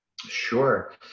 Sure